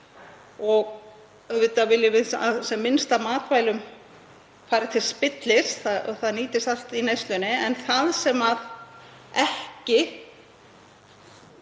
Auðvitað viljum við að sem minnst af matvælum fari til spillis, að það nýtist allt í neyslu, en það sem ekki